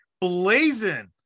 blazing